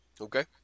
Okay